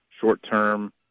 short-term